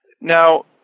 Now